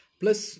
plus